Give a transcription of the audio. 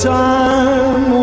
time